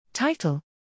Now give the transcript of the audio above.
Title